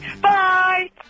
bye